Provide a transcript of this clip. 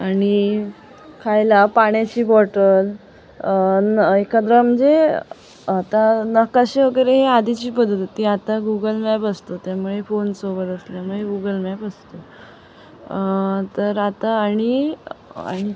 आणि खायला पाण्याची बॉटल न एखादा म्हणजे आता नकाशे वगैरे हे आधीची पद्धत होती आता गुगल मॅप असतो त्यामुळे फोन सोबत असल्यामुळे गुगल मॅप असतो तर आता आणि आणि